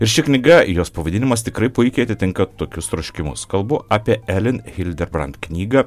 ir ši knyga jos pavadinimas tikrai puikiai atitinka tokius troškimus kalbu apie elin hilderbrant knygą